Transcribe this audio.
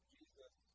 Jesus